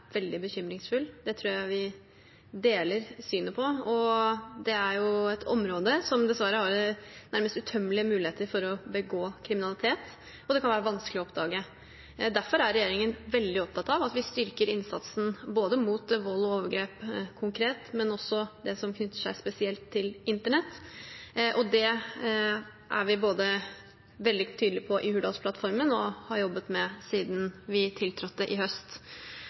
veldig bekymringsfull. Det synet tror jeg vi deler. Det er et område der det dessverre nærmest er uuttømmelige muligheter for å begå kriminalitet, og det kan være vanskelig å oppdage. Derfor er regjeringen veldig opptatt av at vi styrker innsatsen mot vold og overgrep konkret, men også det som spesielt er knyttet til internett. Det er vi veldig tydelige på i Hurdalsplattformen, og dette har vi jobbet med siden vi tiltrådte i høst.